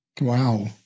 Wow